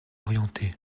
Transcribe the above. orienté